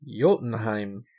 Jotunheim